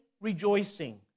rejoicing